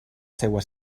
seua